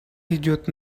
идет